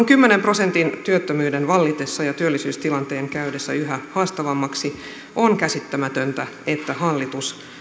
kymmenen prosentin työttömyyden vallitessa ja työllisyystilanteen käydessä yhä haastavammaksi on käsittämätöntä että hallitus